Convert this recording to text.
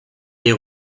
des